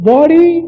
Body